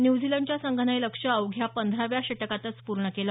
न्यूझीलंडच्या संघानं हे लक्ष्य अवघ्या पंधराव्या षटकातच पूर्ण केलं